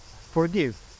forgive